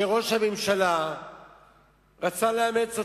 שראש הממשלה רצה לאמץ אותה,